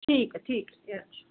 ठीक ऐ ठीक ऐ